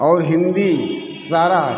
और हिंदी सारा